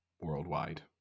worldwide